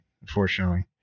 unfortunately